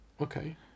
Okay